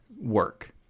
work